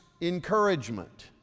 encouragement